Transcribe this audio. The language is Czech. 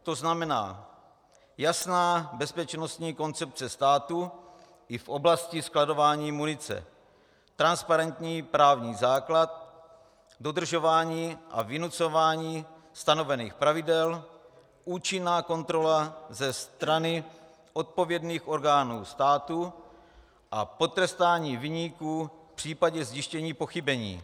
To znamená jasná bezpečnostní koncepce státu i v oblasti skladování munice, transparentní právní základ, dodržování a vynucování stanovených pravidel, účinná kontrola ze strany odpovědných orgánů státu a potrestání viníků v případě zjištění pochybení.